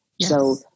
So-